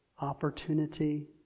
opportunity